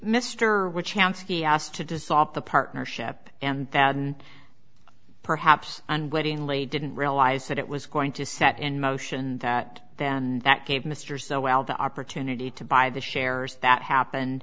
asked to dissolve the partnership and thousand perhaps unwittingly didn't realize that it was going to set in motion that then that gave mr so well the opportunity to buy the shares that happened